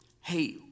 hey